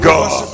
God